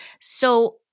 So-